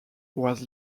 was